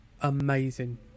amazing